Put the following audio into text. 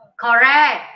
correct